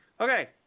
Okay